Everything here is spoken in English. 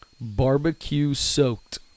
barbecue-soaked